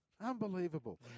Unbelievable